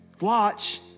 Watch